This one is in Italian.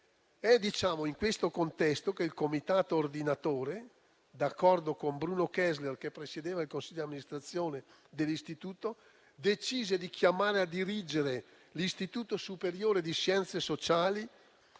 È in questo contesto che il comitato ordinatore, d'accordo con Bruno Kessler che presiedeva il consiglio d'amministrazione dell'istituto, decise di chiamare a dirigere l'Istituto superiore di scienze sociali